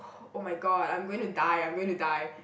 !oh-my-god! I'm going to die I'm going to die